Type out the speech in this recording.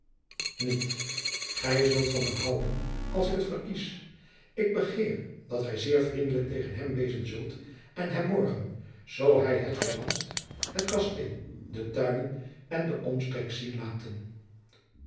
niet gij zult van hem houden als ik het verkies ik begeer dat gij zeer vriendelijk tegen hem wezen zult en hem morgen zoo hij het verlangt het kasteel de tuinen en de omstreek zien laten